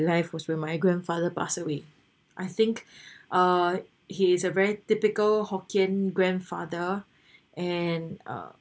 life was when my grandfather pass away I think uh he's a very typical hokkien grandfather and uh